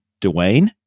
Dwayne